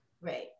Right